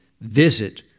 visit